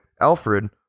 Alfred